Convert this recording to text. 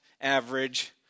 average